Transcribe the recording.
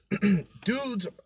dudes